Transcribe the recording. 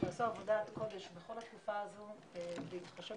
הם עשו עבודת קודש בכל התקופה הזאת בהתחשב